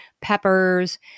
peppers